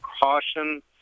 caution